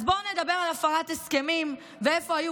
אז בואו נדבר על הפרת הסכמים ועל איפה היו